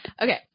Okay